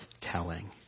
telling